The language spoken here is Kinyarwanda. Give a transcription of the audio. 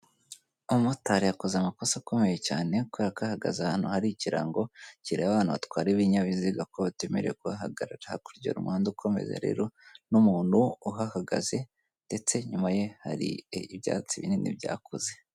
Umumotari yakoze amakosa akomeye cyane kubera ko yahagaze ahantu hari ikirango kireba abantu batwara ibinyabiziga ko batemerewe guhahagarara, hakurya hari umuhanda ukomeza rero n'umuntu uhahagaze ndetse inyuma ye hari ibyatsi binini byakuze.